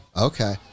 Okay